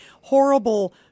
horrible